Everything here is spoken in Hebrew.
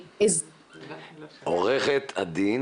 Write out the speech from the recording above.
סליחה שאני עוצר אותך באמצע,